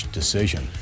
decision